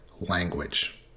language